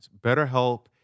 BetterHelp